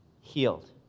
healed